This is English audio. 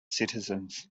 citizens